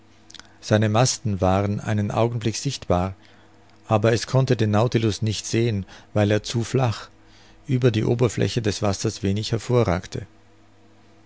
seine masten waren einen augenblick sichtbar aber es konnte den nautilus nicht sehen weil er zu flach über die oberfläche des wassers wenig hervorragte